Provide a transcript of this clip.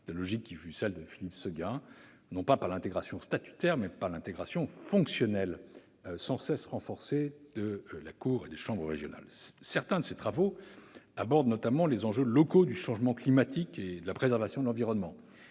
la logique de Philippe Séguin, non pas par l'intégration statutaire, mais par l'intégration fonctionnelle sans cesse renforcée de la Cour et des chambres régionales. Certains de ces travaux abordent les enjeux locaux du changement climatique et de la préservation de l'environnement.